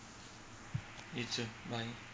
you too bye